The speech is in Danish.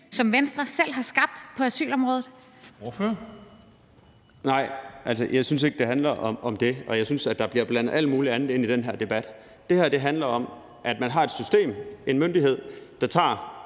Christoffer Aagaard Melson (V): Nej, altså, jeg synes ikke, det handler om det, og jeg synes, der bliver blandet alt muligt andet ind i den her debat. Det her handler om, at man har et system – og jeg håber,